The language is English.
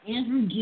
Andrew